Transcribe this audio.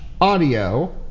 audio